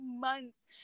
months